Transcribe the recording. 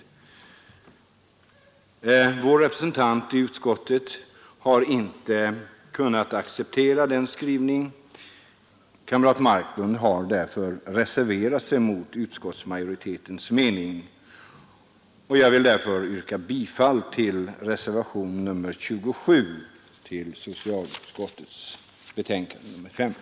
Vår representant i utskottet har inte kunnat acceptera utskottets skrivning. Kamrat Marklund har därför reserverat sig mot utskottsmajoritetens mening, och jag vill yrka bifall till reservationen 27 vid punkten 44.